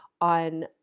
on